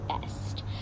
best